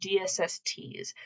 DSSTs